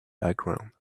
background